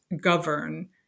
govern